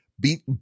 beat